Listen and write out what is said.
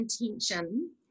intention